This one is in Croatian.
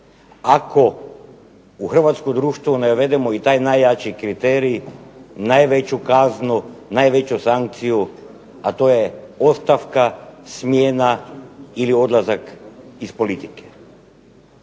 ako u hrvatsko društvo ne uvedemo taj najjači kriterij najveću kaznu, najveću sankciju, a to je ostavka, smjena ili odlazak iz politike.